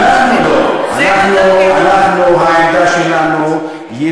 איך אפשר, אנחנו, לא.